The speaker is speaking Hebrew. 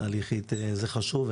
תהליכית זה חשוב.